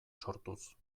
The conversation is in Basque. sortuz